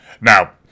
Now